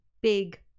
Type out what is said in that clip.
big